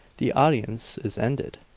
the audience is ended.